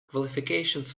qualifications